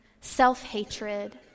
self-hatred